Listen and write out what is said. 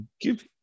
give